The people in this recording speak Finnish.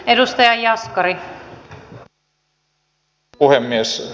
arvoisa rouva puhemies